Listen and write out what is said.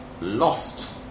lost